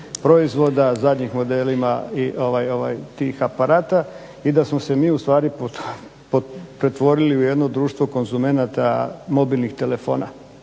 proizvoda, zadnjim modelima tih aparata i da smo se mi ustvari pretvorili u jedno društvo konzumenata mobilnih telefona.